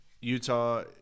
Utah